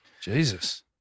Jesus